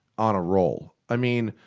on a roll. i mean,